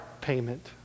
payment